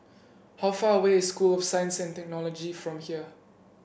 how far away is School of Science and Technology from here